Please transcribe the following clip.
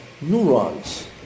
Neurons